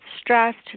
stressed